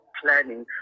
planning